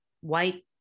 White